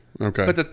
Okay